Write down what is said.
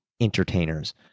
entertainers